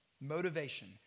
Motivation